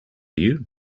you